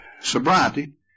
sobriety